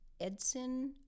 Edson